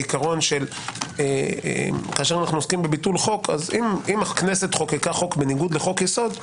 כאשר אנו עוסקים בביטול חוק אם הכנסת חוקקה חוק בניגוד לחוק יסוד,